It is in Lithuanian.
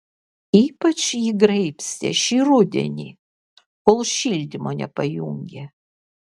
ypač jį graibstė šį rudenį kol šildymo nepajungė